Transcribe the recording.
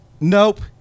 Nope